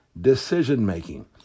decision-making